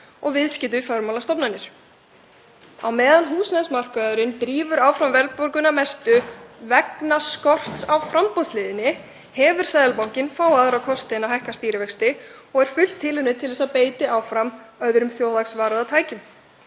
og viðskipti við fjármálastofnanir. Meðan húsnæðismarkaðurinn drífur áfram verðbólguna að mestu vegna skorts á framboðshliðinni hefur Seðlabankinn fáa aðra kosti en að hækka stýrivexti og er fullt tilefni til þess að beita áfram öðrum þjóðhagsvarúðartækjum.